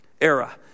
era